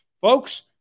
Folks